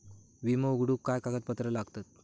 विमो उघडूक काय काय कागदपत्र लागतत?